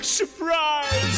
surprise